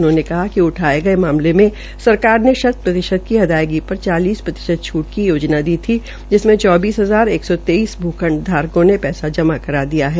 उन्होंने कहा कि उठाये गये मामले में सरकार ने शत प्रतिशत की अदायगी पर चालीस प्रतिशत छूत की योजना दी थी जिसमें चौबीस हजार एक सौ तेईस भूखंड धारकों ने पैसा जमा कर दिया है